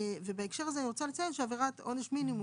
ובהקשר הזה אני רוצה לציין שעבירת עונש מינימום,